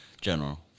General